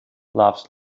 laughs